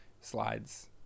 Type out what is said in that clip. slides